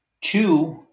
Two